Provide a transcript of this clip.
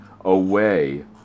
away